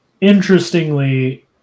Interestingly